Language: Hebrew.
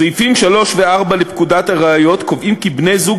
סעיפים 3 ו-4 לפקודת הראיות קובעים כי בני-זוג